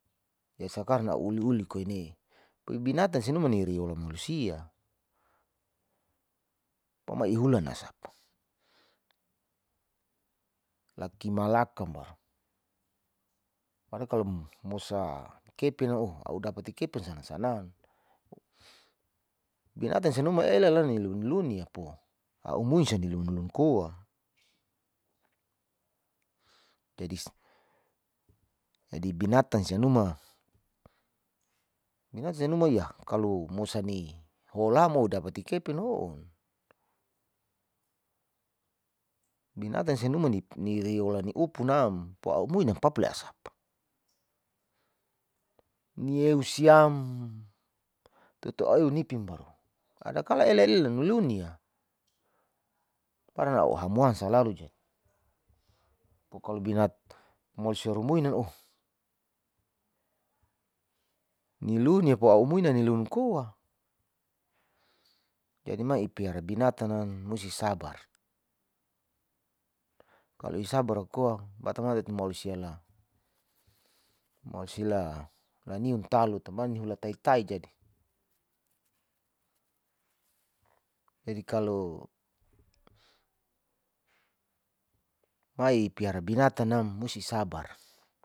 Biasa karna a'u uliuli kia ne, koi binatan suma ni reola malusia pohon iulan nasapa, lakimalakam baru, mosa kapin oh a'u dapat kepin sanang-sanang, binatan sia numa elala ni lunlun nia'po a'u musia ni lunlun ko'a jadi binatan sia numa, binatan sia numa iyah kalo mosani hoalamo dapati kapin ho'un, binatan numan ni reola ni upunam po a'u muina papule hasapa, nieu siam tutu inipin baru ada kala elelen nulunia baran a'u hamwan salalu jadi, pokalo binatan mousia rumuinan oh ni lunia po a'u muina nilun koa jadi ipiaran binatanan musi isabar kalo sabar koa malosiela, malosila la niun talo taman ni hula tai-tai jadi, jadi kalo mai ipira binta nam musi sabar.